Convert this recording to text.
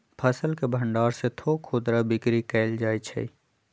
फसल के भण्डार से थोक खुदरा बिक्री कएल जाइ छइ